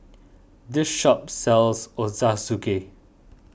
this shop sells Ochazuke